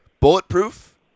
bulletproof